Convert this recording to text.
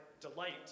delight